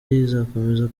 izakomeza